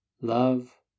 love